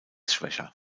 schwächer